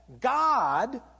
God